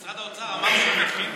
משרד האוצר אמר שהוא מכין,